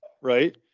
right